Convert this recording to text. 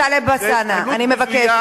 חבר הכנסת טלב אלסאנע, אני מבקשת.